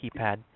keypad